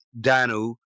Danu